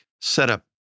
setup